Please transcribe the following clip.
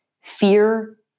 fear